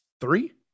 three